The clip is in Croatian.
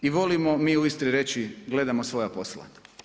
I volimo mi u Istri reći, gledamo svoja posla.